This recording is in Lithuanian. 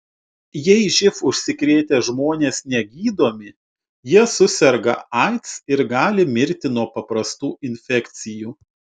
jei živ užsikrėtę žmonės negydomi jie suserga aids ir gali mirti nuo paprastų infekcijų